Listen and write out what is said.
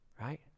right